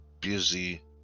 busy